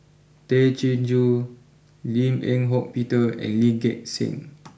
Tay Chin Joo Lim Eng Hock Peter and Lee Gek Seng